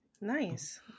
Nice